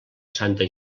santa